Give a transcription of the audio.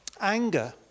Anger